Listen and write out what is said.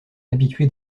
habitué